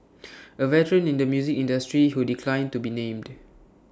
A veteran in the music industry who declined to be named